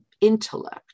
intellect